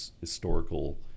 historical